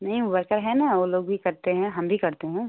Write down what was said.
नहीं वो वर्कर हैं ना वो लोग भी करते हैं हम भी करते हैं